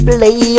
Play